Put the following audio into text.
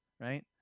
right